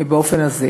באופן הזה.